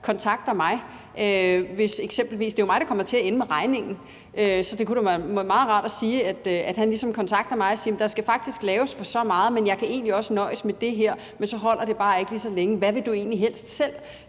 kontakter mig, hvis der eksempelvis skal laves noget. Det er jo mig, der kommer til at ende med regningen, så det kunne da være meget rart, hvis han ligesom kontakter mig og siger: Jamen der skal faktisk laves for så meget, men du kan egentlig også nøjes med det her, men så holder den bare ikke lige så længe; hvad vil du egentlig helst selv